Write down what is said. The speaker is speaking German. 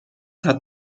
hat